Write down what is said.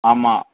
ஆமாம்